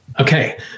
Okay